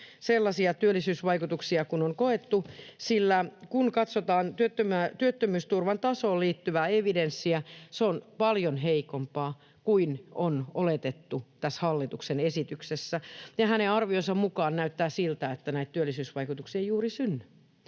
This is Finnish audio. sellaisia työllisyysvaikutuksia kuin on koettu, sillä kun katsotaan työttömyysturvan tasoon liittyvää evidenssiä, se on paljon heikompaa kuin on oletettu tässä hallituksen esityksessä. Hänen arvionsa mukaan näyttää siltä, että näitä työllisyysvaikutuksia ei juuri synny.